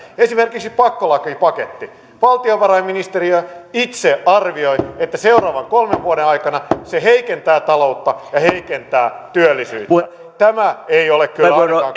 esimerkiksi pakkolakipaketti valtiovarainministeriö itse arvioi että seuraavien kolmen vuoden aikana se heikentää taloutta ja heikentää työllisyyttä tämä ei ole kyllä